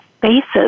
basis